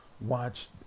watch